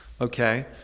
okay